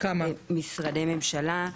משרדי ממשלה.